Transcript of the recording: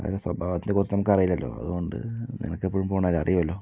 അവരുടെ സ്വഭാവത്തെ കുറിച്ച് നമുക്ക് അറിയില്ലല്ലോ അതുകൊണ്ട് നിനക്ക് എപ്പോഴും പോകുന്നത് അല്ലെ അറിയോല്ലോ